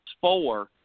four